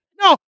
No